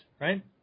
right